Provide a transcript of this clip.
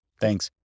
thanks